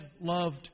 loved